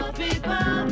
people